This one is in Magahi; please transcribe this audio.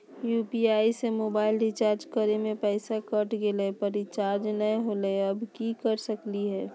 यू.पी.आई से मोबाईल रिचार्ज करे में पैसा कट गेलई, पर रिचार्ज नई होलई, अब की कर सकली हई?